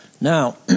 Now